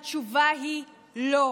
התשובה היא לא.